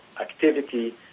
activity